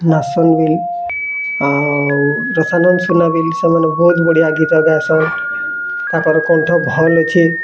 ନାଚ୍ସନ୍ ବି ଆଉ ରସାନନ୍ଦ ସୁନା ବି ସେମାନେ ବହୁତ୍ ବଢ଼ିଆ ଗୀତ ଗାଏସନ୍ ତାକର୍ କଣ୍ଠ ଭଲ୍ ଅଛେ